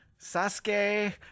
Sasuke